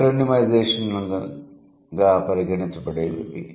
యాక్రోనిమైజేషన్గా పరిగణించబడేవి ఇవి